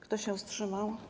Kto się wstrzymał?